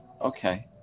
okay